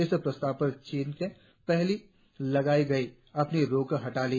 इस प्रस्ताव पर चीन ने पहले लगाई गई अपनी रोक हटा ली